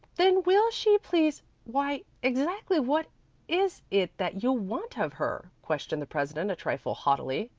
then will she please why, exactly what is it that you want of her? questioned the president, a trifle haughtily.